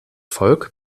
volk